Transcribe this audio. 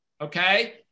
okay